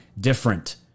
different